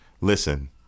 Listen